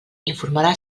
informarà